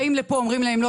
באים לפה ואומרים להם: לא,